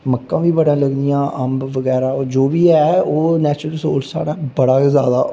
मक्कां बी बड़ा लगदियां अम्ब बगैरा जो बी ऐ ओह् नेचुरल रिसोर्स साढ़ा बड़ा गै जादा